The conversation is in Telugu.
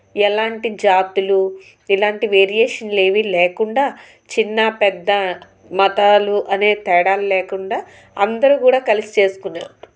ఎలాంటి జాతులు ఎలాంటి వేరియేషన్ ఏవి లేకుండా చిన్న పెద్ద మతాలు అనే తేడాలు లేకుండా అందరూ కూడా కలిసి చేసుకున్న